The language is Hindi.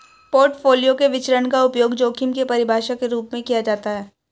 पोर्टफोलियो के विचरण का उपयोग जोखिम की परिभाषा के रूप में किया जाता है